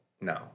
No